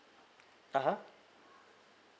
(uh huh)